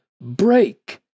break